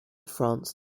france